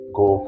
go